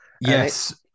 Yes